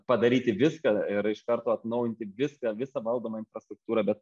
padaryti viską ir iš karto atnaujinti viską visą valdomą infrastruktūrą bet